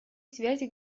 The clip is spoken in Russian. связи